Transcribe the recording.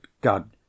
God